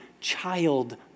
child